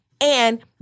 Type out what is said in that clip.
And-